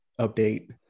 update